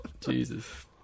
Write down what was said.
Jesus